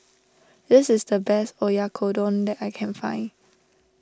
this is the best Oyakodon that I can find